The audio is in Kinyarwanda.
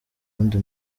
wundi